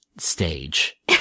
stage